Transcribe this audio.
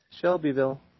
Shelbyville